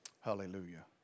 Hallelujah